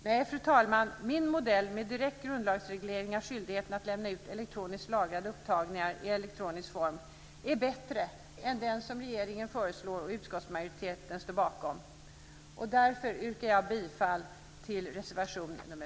Nej, fru talman, min modell med direkt grundlagsreglering av skyldigheten att lämna ut elektroniskt lagrade upptagningar i elektronisk form är bättre än den som regeringen föreslår och utskottsmajoriteten står bakom. Därför yrkar jag bifall till reservation nr